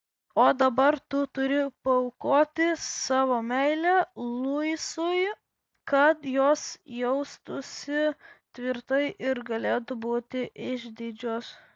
o dabar tu turi paaukoti savo meilę luisui kad jos jaustųsi tvirtai ir galėtų būti išdidžios